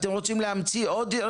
אתם רוצים להמציא עוד?